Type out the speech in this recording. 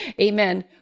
amen